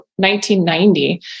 1990